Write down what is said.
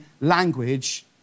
language